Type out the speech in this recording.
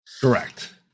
Correct